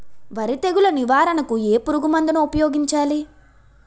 వరి తెగుల నివారణకు ఏ పురుగు మందు ను ఊపాయోగించలి?